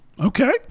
Okay